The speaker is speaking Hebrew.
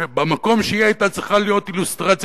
שבמקום שהיא היתה צריכה להיות אילוסטרציה